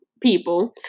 people